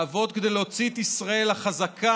לעבוד כדי להוציא את ישראל החזקה,